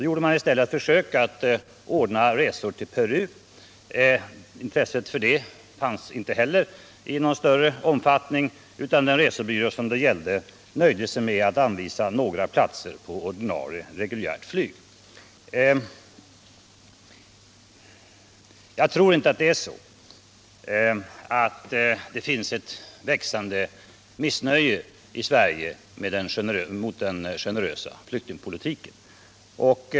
Då gjorde man i stället ett försök att anordna resor till Peru. Inte heller för dessa resor fanns det något större intresse, utan den resebyrå det gällde nöjde sig med att anvisa några platser på reguljärt Ayg. Jag tror inte att det i Sverige finns ett växande missnöje mot den generösa flyktingpolitiken.